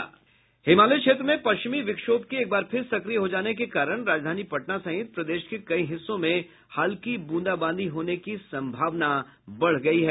हिमालय क्षेत्र में पश्चिमी विक्षोभ के एक बार फिर सक्रिय हो जाने के कारण राजधानी पटना सहित प्रदेश के कई हिस्सों में हल्की ब्रंदाबांदी होने की सम्भावना बढ़ गयी है